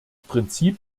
prinzip